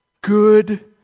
good